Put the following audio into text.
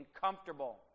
comfortable